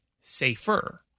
safer